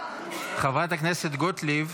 חברת הכנסת גוטליב,